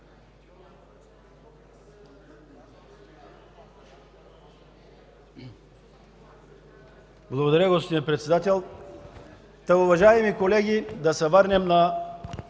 Благодаря, господин Председател. Уважаеми колеги, да се върнем на